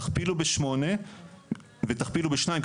תכפילו בשמונה ותכפילו בשניים,